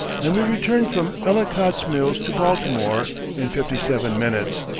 and we returned from ellicott's mills to baltimore in fifty-seven minutes.